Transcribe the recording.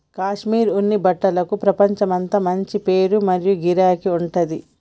కాశ్మీర్ ఉన్ని బట్టలకు ప్రపంచమంతా మంచి పేరు మరియు గిరాకీ ఉంటది